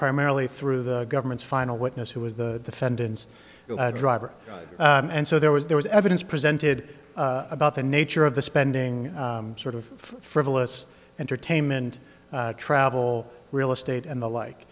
primarily through the government's final witness who is the fenton's driver and so there was there was evidence presented about the nature of the spending sort of frivolous entertainment travel real estate and the like